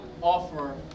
offer